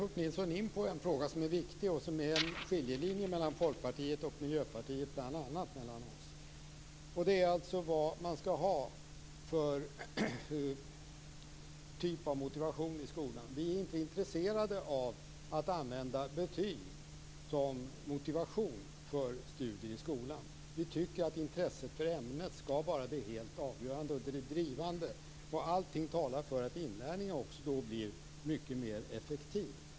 Herr talman! Där kom Ulf Nilsson in på en viktig fråga och som bl.a. utgör en skiljelinje mellan Folkpartiet och Miljöpartiet. Det gäller vilken typ av motivation som skall finnas i skolan. Vi är inte intresserade av att använda betyg som motivation för studier i skolan. Vi tycker att intresset för ämnet skall vara det helt avgörande och drivande. Allt talar också för att inlärningen blir mer effektiv.